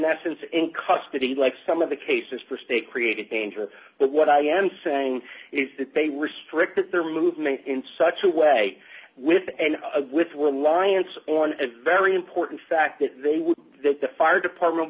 that sense in custody like some of the cases for state created danger but what i am saying is that they restricted their movement in such a way with and with with alliance on a very important fact that they would that the fire department